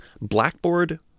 blackboard